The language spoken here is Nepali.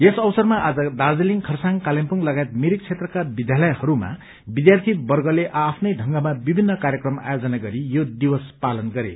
यस अवसरमा आज दार्जीलिङ खरसाङ कालेबुङ लगायत मिरिक क्षेत्रका विद्यालयहरूमा विद्यार्थीवर्गले आ आफ्नै ढंगमा विभिन्न कार्यक्रम आयोजन गरी यो दिवस पालन गरे